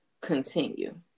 continue